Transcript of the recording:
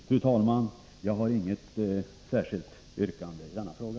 Fru talman! Jag har inget särskilt yrkande i denna fråga.